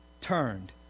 turned